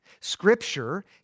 Scripture